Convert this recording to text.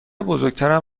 بزرگترم